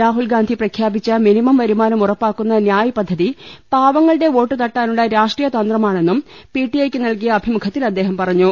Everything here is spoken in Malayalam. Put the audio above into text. രാഹുൽഗാന്ധി പ്രഖ്യാ പിച്ച മിനിമം വരുമാനം ഉറപ്പാക്കുന്ന ന്യായ് പദ്ധതി പാവ ങ്ങളുടെ വോട്ടു തട്ടാനുള്ള രാഷ്ട്രീയ തന്ത്രമാണെന്നും പി ടി ഐ ക്കു നല്കിയ അഭിമുഖത്തിൽ അദ്ദേഹം പറഞ്ഞു